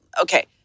Okay